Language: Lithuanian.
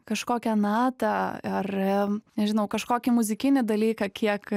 kažkokią na tą ar nežinau kažkokį muzikinį dalyką kiek